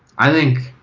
i think,